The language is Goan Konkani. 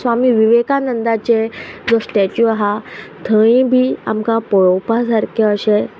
स्वामी विवेकानंदाचे स्टेच्यू आहा थंय बी आमकां पळोवपा सारके अशें